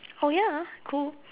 oh ya ah cool